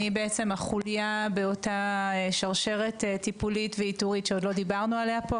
אני בעצם החוליה באותה שרשרת טיפולית ואיתורית שעוד לא דיברנו עליה פה,